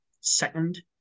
second